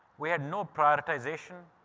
we had no prioritisation.